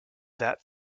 that